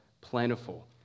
plentiful